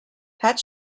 pet